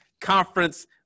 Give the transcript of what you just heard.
conference